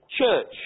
church